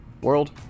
world